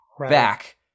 back